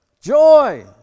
Joy